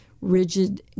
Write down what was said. rigid